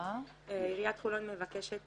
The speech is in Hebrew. עיריית חולון מבקשת